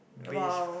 based